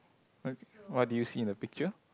what what do you see in the picture